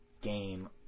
game